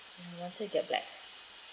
I want to get black